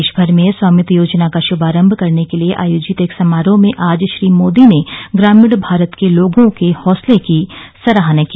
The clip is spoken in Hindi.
देश भर में स्वामित्व योजना का शुभारंभ करने के लिए आयोजित एक समारोह में आज श्री मोदी ने ग्रामीण भारत के लोगों के हौसले की सराहना की